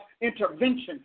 intervention